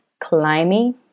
climbing